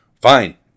fine